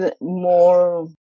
more